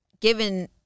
given